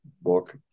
book